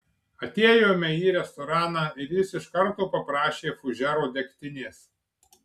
atėjome į restoraną ir jis iš karto paprašė fužero degtinės